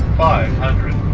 five hundred